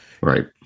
Right